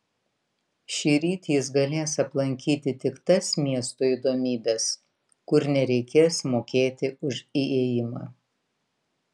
šįryt jis galės aplankyti tik tas miesto įdomybes kur nereikės mokėti už įėjimą